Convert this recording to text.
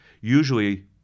usually